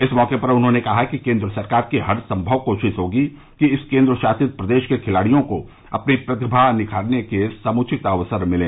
इस मौके पर उन्होंने कहा कि केन्द्र सरकार की हरसंभव कोशिश होगी कि इस केन्द्रशासित प्रदेश के खिलाड़ियों को अपनी प्रतिभा निखारने के समुचित अवसर मिलें